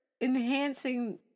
enhancing